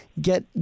get